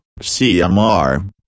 CMR